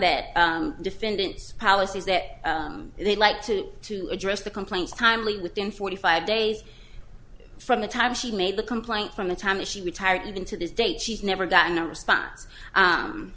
that defendant's policies that they like to to address the complaints timely within forty five days from the time she made the complaint from the time she retired even to this date she's never gotten a response